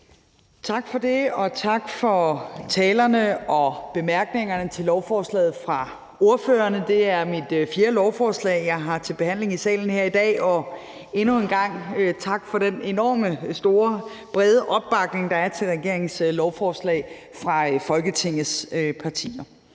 Tak for det, og tak for talerne og bemærkningerne til lovforslaget fra ordførerne. Det er mit fjerde lovforslag, jeg har til behandling i salen her i dag, og endnu en gang vil jeg sige tak for den enormt store og brede opbakning, der er til regeringens lovforslag fra Folketings partier.